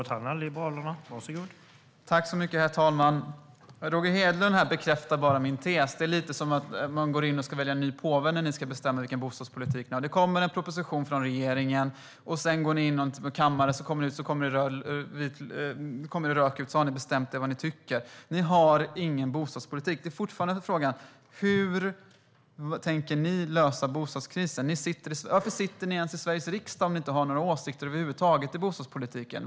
Herr talman! Roger Hedlund bekräftar här bara min tes. Det är lite som när man ska välja en ny påve när ni ska bestämma vilken bostadspolitik ni ska ha. Det kommer en proposition från regeringen. Ni går in i någon kammare, sedan kommer ni ut. Det kommer ut rök, och då har ni bestämt vad ni tycker. Ni har ingen bostadspolitik. Fortfarande är frågan: Hur tänker ni lösa bostadskrisen? Varför sitter ni ens i Sveriges riksdag om ni inte har några åsikter över huvud taget i bostadspolitiken?